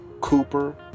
Cooper